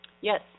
Yes